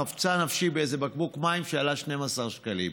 חפצה נפשי באיזה בקבוק מים, שעלה 12 שקלים,